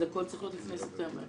אז הכול צריך להיות לפני ספטמבר.